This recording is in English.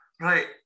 right